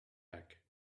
back